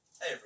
Hey